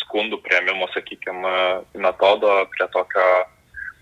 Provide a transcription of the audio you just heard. skundų priėmimo sakykim metodo prie tokio